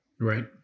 Right